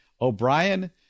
O'Brien